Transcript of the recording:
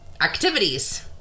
activities